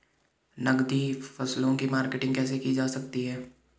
नकदी फसलों की मार्केटिंग कैसे की जा सकती है?